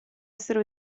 essere